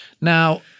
Now